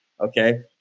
Okay